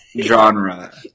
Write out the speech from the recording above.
genre